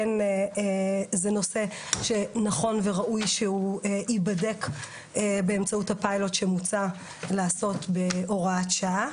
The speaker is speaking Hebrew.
זה נושא שנכון וראוי שייבדק באמצעות הפיילוט שמוצע לעשות בהוראת שעה.